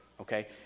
okay